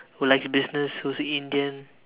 who likes business who's Indian